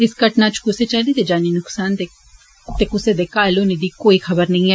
इस घटना च कुसै चाली दे जानी नुक्सान कुसै दे घायल होने दी कोई खबर नेई ऐ